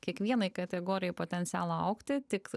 kiekvienai kategorijai potencialo augti tik